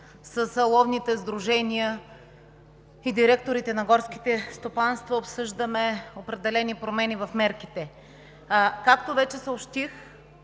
с ловните сдружения и директорите на горските стопанства обсъждаме определени промени в мерките. Както вече съобщих,